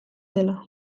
dela